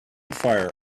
fire